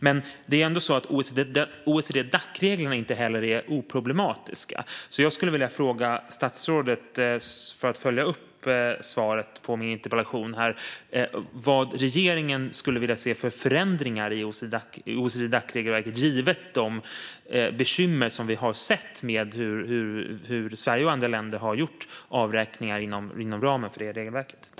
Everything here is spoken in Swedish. Men OECD-Dac-reglerna är inte heller oproblematiska, så jag skulle för att följa upp svaret på min interpellation vilja fråga statsrådet vad regeringen skulle vilja se för förändringar i OECD-Dac-regelverket givet de bekymmer som vi har sett med hur Sverige och andra länder har gjort avräkningar inom ramen för det regelverket.